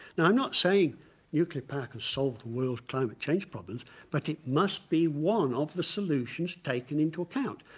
now i'm not saying nuclear power can solve the world's climate change problems but it must be one of the solutions taken into account.